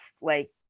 like-